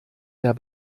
der